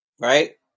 Right